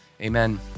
amen